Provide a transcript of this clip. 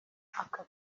aka